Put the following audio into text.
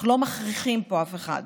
אנחנו לא מכריחים פה אף אחד.